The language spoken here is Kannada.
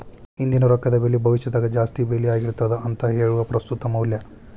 ಇಂದಿನ ರೊಕ್ಕದ ಬೆಲಿ ಭವಿಷ್ಯದಾಗ ಜಾಸ್ತಿ ಬೆಲಿ ಆಗಿರ್ತದ ಅಂತ ಹೇಳುದ ಪ್ರಸ್ತುತ ಮೌಲ್ಯ